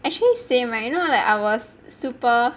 actually same [right] you know like I was super